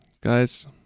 guys